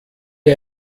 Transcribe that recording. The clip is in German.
ihr